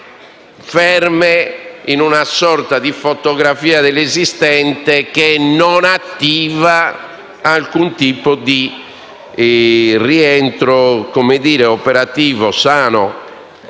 ferme in una sorta di fotografia dell'esistente, che non attiva alcun tipo di rientro operativo sano